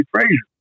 Frazier